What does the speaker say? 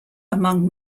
among